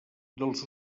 dels